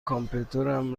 کامپیوترم